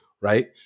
right